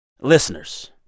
Listeners